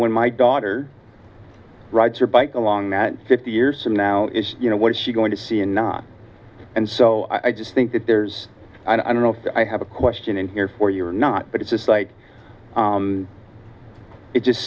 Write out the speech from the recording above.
when my daughter rides her bike along that fifty years from now is you know what is she going to see and not and so i just think that there's i don't know if i have a question in here for you or not but it's just like it just